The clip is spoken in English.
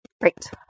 Great